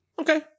Okay